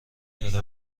داره